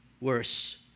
Worse